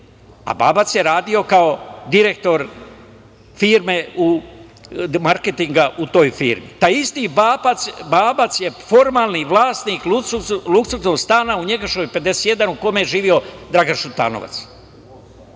a Babac je radio kao direktor marketinga u toj firmi? Taj isti Babac je formalni vlasnik luksuznog stana u Njegoševoj 51, a u kome je živeo Dragan Šutanovac.